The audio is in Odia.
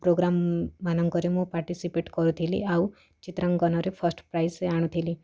ପ୍ରୋଗ୍ରାମ୍ମାନଙ୍କରେ ମୁଁ ପାର୍ଟିସିପେଟ୍ କରୁଥିଲି ଆଉ ଚିତ୍ରାଙ୍କନରେ ଫାଷ୍ଟ୍ ପ୍ରାଇଜ୍ ଆଣୁଥିଲି